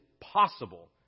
possible